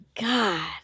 God